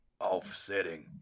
offsetting